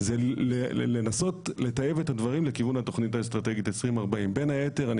זה לנסות לטייב את הדברים לכיוון התוכנית האסטרטגית 2040. בין היתר אני